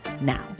now